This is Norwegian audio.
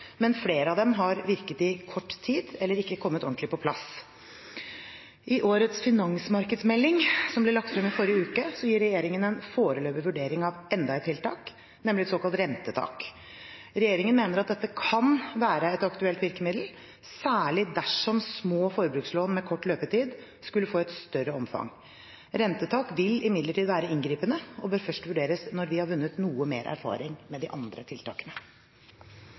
men flere av dem har virket i kort tid eller ikke kommet ordentlig på plass. I årets finansmarkedsmelding, som ble lagt frem i forrige uke, gir regjeringen en foreløpig vurdering av enda et tiltak, nemlig et såkalt rentetak. Regjeringen mener at dette kan være et aktuelt virkemiddel, særlig dersom små forbrukslån med kort løpetid skulle få et større omfang. Rentetak vil imidlertid være inngripende og bør først vurderes når vi har vunnet noe mer erfaring med de andre tiltakene.